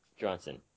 Johnson